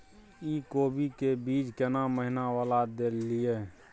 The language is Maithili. इ कोबी के बीज केना महीना वाला देलियैई?